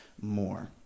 more